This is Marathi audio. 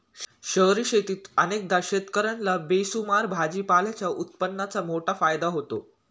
शहरी शेतीत अनेकदा शेतकर्यांना बेसुमार भाजीपाल्याच्या उत्पादनाचा मोठा फायदा होतो